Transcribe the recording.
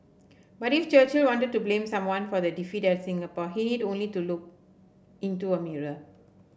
but if Churchill wanted to blame someone for the defeat at Singapore he need only to look into a mirror